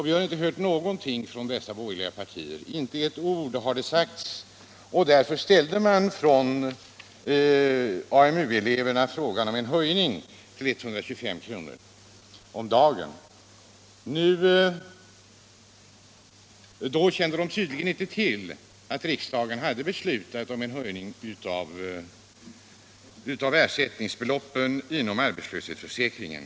Ingenting hördes dock från dessa borgerliga partier. Inte ett ord har sagts. Därför ställde AMU-eleverna frågan om en höjning till 125 kr. om dagen. Då kände de tydligen inte till att riksdagen hade beslutat om en höjning av ersättningsbeloppen inom arbetslöshetsförsäkringen.